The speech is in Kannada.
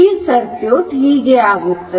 ಈ ಸರ್ಕ್ಯೂಟ್ ಹೀಗೆ ಆಗುತ್ತದೆ